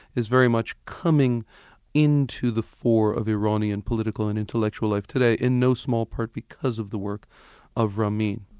is very much coming into the fore of iranian political and intellectual life today, in no small part because of the work of ramin.